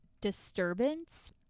disturbance